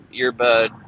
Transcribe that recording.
earbud